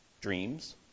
dreams